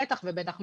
בטח ובטח,